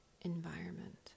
environment